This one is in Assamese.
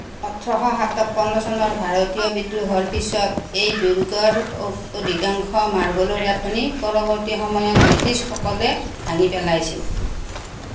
ওঠৰশ সাতাৱন্ন চনৰ ভাৰতীয় বিদ্ৰোহৰ পিছত এই দুৰ্গৰ অ অধিকাংশ মাৰ্বলৰ গাঁথনি পৰৱৰ্তী সময়ত ব্ৰিটিছসকলে ভাঙি পেলাইছিল